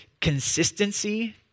consistency